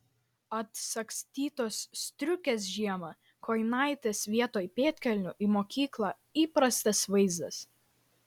atsagstytos striukės žiemą kojinaitės vietoj pėdkelnių į mokyklą įprastas vaizdas